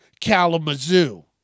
Kalamazoo